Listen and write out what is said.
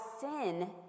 sin